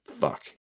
Fuck